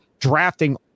drafting